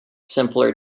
simpler